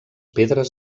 pedres